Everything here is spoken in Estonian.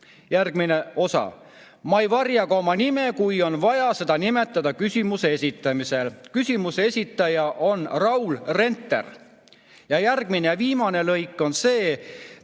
Järgmine osa: "Ma ei varja ka oma nime, kui on vaja seda nimetada küsimuse esitamisel." Küsimuse esitaja on Raul Renter. Järgmine ja viimane lõik on see: